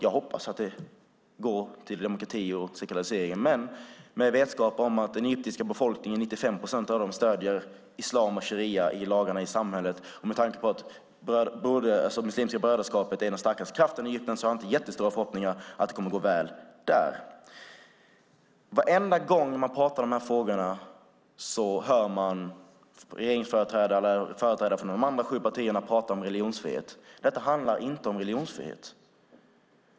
Jag hoppas att utvecklingen går i riktning mot demokrati och sekularisering, men med vetskap om att 95 procent av den egyptiska befolkningen stöder islam och sharia i lagarna i samhället och med tanke på att det muslimska brödraskapet är den starkaste kraften i Egypten har jag inte jättestora förhoppningar om att det kommer att gå väl där. Varenda gång man talar om dessa frågor hör man företrädare för regeringen eller för de andra sju partierna tala om religionsfrihet. Detta handlar inte om religionsfrihet.